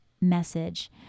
message